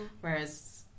Whereas